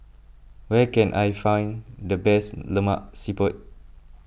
where can I find the best Lemak Siput